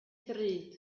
ddrud